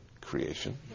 creation